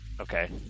Okay